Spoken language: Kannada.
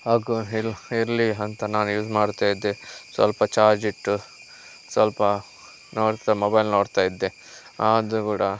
ಹಾಗು ಹೀಗು ಇರಲಿ ಅಂತ ನಾನು ಯೂಸ್ ಮಾಡ್ತಯಿದ್ದೆ ಸ್ವಲ್ಪ ಚಾರ್ಜ್ ಇಟ್ಟು ಸ್ವಲ್ಪ ನೋಡ್ತ ಮೊಬೈಲ್ ನೋಡ್ತಾಯಿದ್ದೆ ಆದ್ರೂ ಕೂಡ